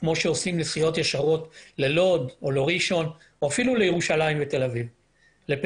אם הם אסירים חדשים או אם הם אסירים שצריכים בידוד כאשר מדובר כנראה